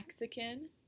Mexican